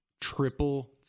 triple